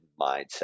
mindset